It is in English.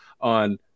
on